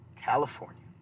california